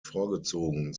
vorgezogen